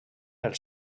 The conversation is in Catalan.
els